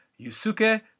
yusuke